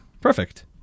Perfect